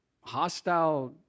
hostile